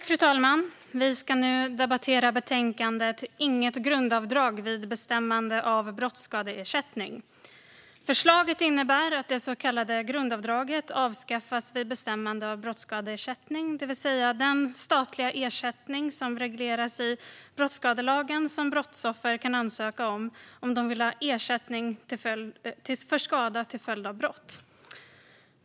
Fru talman! Vi ska nu debattera betänkandet Inget grundavdrag vid bestämmande av brott s skadeersättning . Förslaget innebär att det så kallade grundavdraget avskaffas vid bestämmande av brottsskadeersättning, det vill säga den statliga ersättning som regleras i brottsskadelagen och som brottsoffer kan ansöka om när de vill ha ersättning för skada till följd av brott.